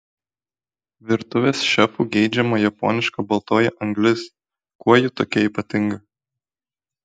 virtuvės šefų geidžiama japoniška baltoji anglis kuo ji tokia ypatinga